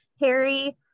harry